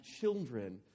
children